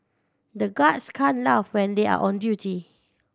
the guards can't laugh when they are on duty